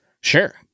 Sure